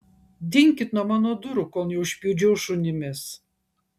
dinkit nuo mano durų kol neužpjudžiau šunimis